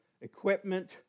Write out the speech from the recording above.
equipment